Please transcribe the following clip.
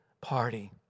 party